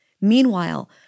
Meanwhile